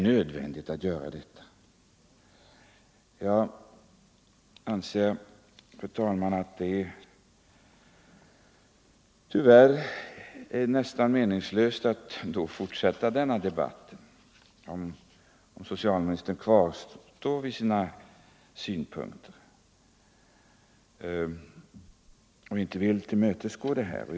Jag anser, fru talman, att det tyvärr är nästan meningslöst att fortsätta denna debatt, om socialministern kvarstår vid sina synpunkter och inte vill tillmötesgå mina krav.